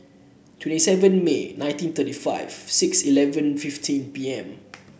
twenty seven May nineteen thirty five six eleven fifteen P M